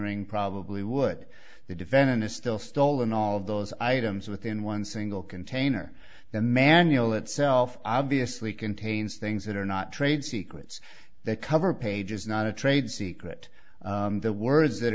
ring probably would the defendant is still stolen all of those items within one single container the manual itself obviously contains things that are not trade secrets that cover pages not a trade secret the words that